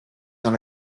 dans